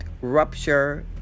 rupture